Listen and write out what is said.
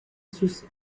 sus